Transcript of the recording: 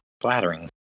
flattering